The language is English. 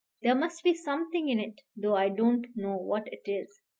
there must be something in it, though i don't know what it is.